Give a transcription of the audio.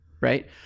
Right